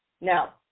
Now